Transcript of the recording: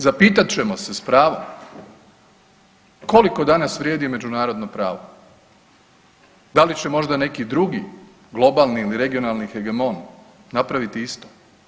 Zapitat ćemo se s pravom koliko danas vrijedi međunarodno pravo, da li će možda neki drugi globalni ili regionalni hegemon napraviti isto?